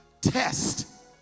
test